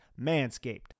Manscaped